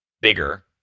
bigger